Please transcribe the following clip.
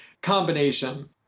combination